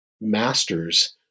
masters